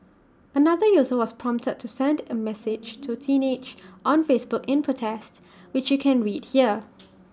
another user was prompted to send A message to teenage on Facebook in protest which you can read here